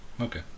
Okay